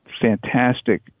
fantastic